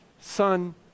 Son